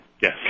Yes